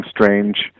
strange